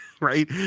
Right